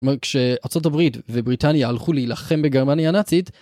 כלומר כשארצות הברית ובריטניה הלכו להילחם בגרמניה נאצית...